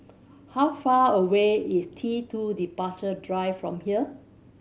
how far away is T Two Departure Drive from here